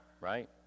right